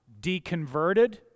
Deconverted